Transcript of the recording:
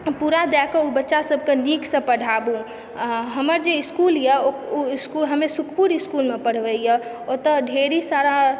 पूरा दयकऽ ओ बच्चा सभकेँ नीकसँ पढ़ाबु आ हमर जे स्कूल यऽ ओकर ओ इस्कूल हमे सुखपुर इस्कूलमे पढ़बयए ओतए ढ़ेरी सारा